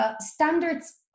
standards